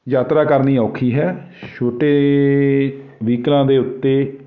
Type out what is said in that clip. ਯਾਤਰਾ ਕਰਨੀ ਔਖੀ ਹੈ ਛੋਟੇ ਵਹੀਕਲਾਂ ਦੇ ਉੱਤੇ